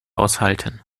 aushalten